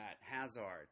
Hazard